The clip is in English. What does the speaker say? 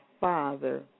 father